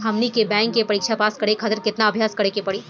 हमनी के बैंक के परीक्षा पास करे खातिर केतना अभ्यास करे के पड़ी?